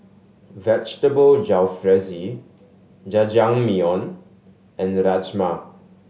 Vegetable Jalfrezi Jajangmyeon and Rajma